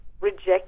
reject